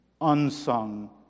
unsung